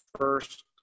first